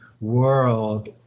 world